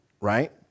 right